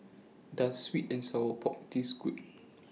Does Sweet and Sour Chicken Taste Good